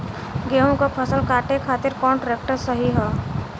गेहूँक फसल कांटे खातिर कौन ट्रैक्टर सही ह?